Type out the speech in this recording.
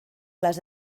les